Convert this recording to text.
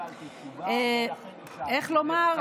איך לומר?